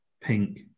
pink